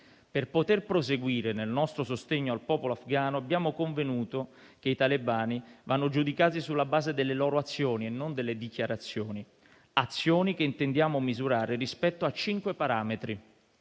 Per poter proseguire nel nostro sostegno al popolo afghano, abbiamo convenuto che i talebani vanno giudicati sulla base delle loro azioni e non delle dichiarazioni, azioni che intendiamo misurare in base a cinque parametri.